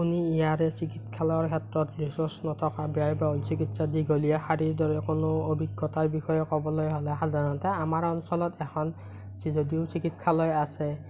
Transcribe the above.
আপুনি ইয়াৰে চিকিৎসালয়ৰ ক্ষেত্ৰত যথেষ্ট টকা ব্যয়বহূল চিকিৎসা দীঘলীয়া শাৰীৰ দৰে কোনো অভিজ্ঞতাৰ বিষয়ে ক'বলৈ হ'লে সাধাৰণতে আমাৰ অঞ্চলত এখন চি যদিও এখন চিকিৎসালয় আছে